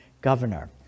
governor